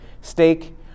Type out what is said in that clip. steak